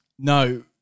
No